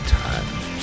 times